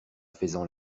faisant